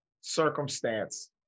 circumstance